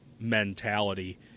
mentality